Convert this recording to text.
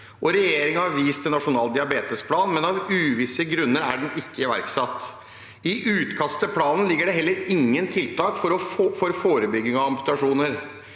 Regjeringen har vist til Nasjonal diabetesplan, men av uvisse grunner er den ikke iverksatt. I utkastet til planen ligger heller ingen tiltak for forebygging av amputasjoner.